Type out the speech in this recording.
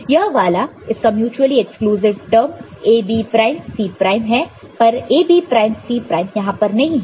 यह वाला इसका mutually exclusive term A B prime C prime है पर A B prime C prime यहां पर नहीं है